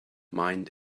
mind